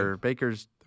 Bakers